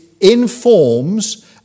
informs